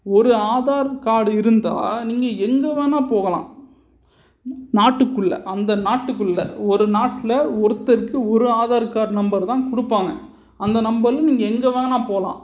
ஒரு ஆதார் கார்டு இருந்தால் நீங்கள் எங்கே வேணால் போகலாம் நாட்டுக்குள்ளே அந்த நாட்டுக்குள்ளே ஒரு நாட்டில் ஒருத்தருக்கு ஒரு ஆதார் கார்டு நம்பரு தான் கொடுப்பாங்க அந்த நம்பரில் நீங்கள் எங்கே வேணால் போகலாம்